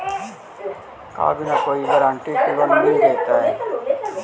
का बिना कोई गारंटी के लोन मिल जीईतै?